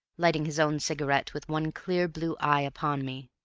lighting his own cigarette with one clear blue eye upon me.